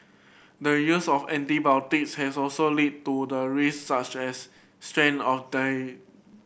the use of antibiotics has also lead to the rise such as strain of the